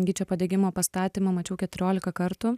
gyčio padegimo pastatymą mačiau keturiolika kartų